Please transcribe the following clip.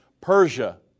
Persia